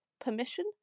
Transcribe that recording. permission